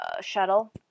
shuttle